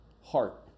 heart